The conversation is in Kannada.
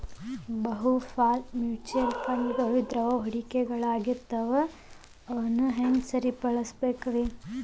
ಬಹುಪಾಲ ಮ್ಯೂಚುಯಲ್ ಫಂಡ್ಗಳು ದ್ರವ ಹೂಡಿಕೆಗಳಾಗಿರ್ತವ ಅವುನ್ನ ಯಾವ್ದ್ ಟೈಮಿನ್ಯಾಗು ಹಿಂದಕ ತೊಗೋಬೋದು